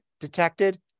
detected